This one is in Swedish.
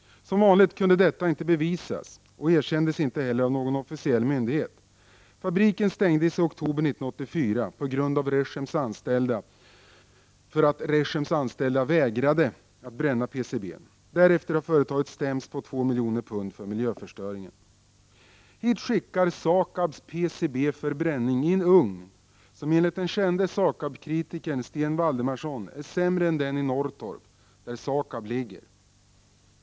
Som vanligt kunde detta inte bevisas och erkändes inte heller av någon officiell myndighet. Fabriken stängdes i oktober 1984 på grund av att Rechems anställda vägrade att bränna PCB-n. Därefter har företaget stämts på 2 miljoner pund för miljöförstöringen. Hit skickar SAKAB PCB för bränning i en ugn som enligt den kände SA KAB-kritikern Sten Waldemarsson är sämre än den i Norrtorp, där SAKAB ligger.